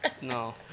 No